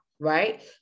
Right